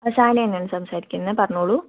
ആ സാമി തന്നെയാണ് സംസാരിക്കുന്നത് പറഞ്ഞോളൂ